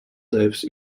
lives